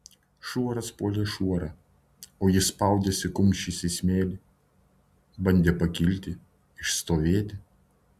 šuoras puolė šuorą o jis spaudėsi kumščiais į smėlį bandė pakilti išstovėti